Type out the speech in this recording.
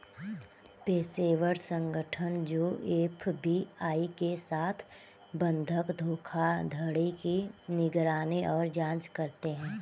पेशेवर संगठन जो एफ.बी.आई के साथ बंधक धोखाधड़ी की निगरानी और जांच करते हैं